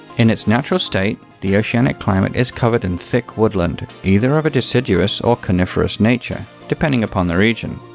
in its natural state the oceanic climate is covered in thick woodland, either of a deciduous or coniferous nature, depending upon the region.